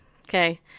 Okay